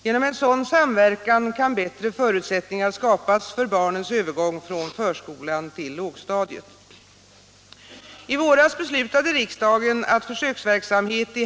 Genom en sådan samverkan kan bättre förutsättningar skapas för barnens övergång från förskolan till lågstadiet.